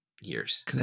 years